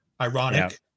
Ironic